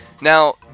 Now